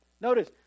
notice